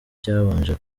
cyabanje